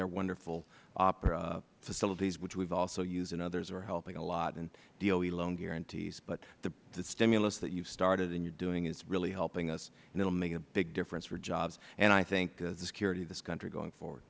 they are wonderful offer facilities which we have also used and others are helping a lot and doe loan guarantees but the stimulus that you started and you are doing is really helping us and it will make a big difference for jobs and i think the security of this country going forward